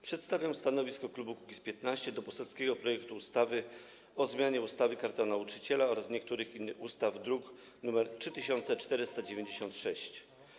Przedstawiam stanowisko klubu Kukiz’15 odnośnie do poselskiego projektu ustawy o zmianie ustawy Karta Nauczyciela oraz niektórych innych ustaw, druk nr 3496.